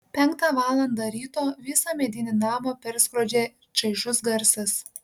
penktą valandą ryto visą medinį namą perskrodė čaižus garsas